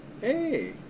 Hey